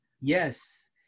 Yes